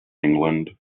england